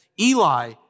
Eli